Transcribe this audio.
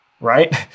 right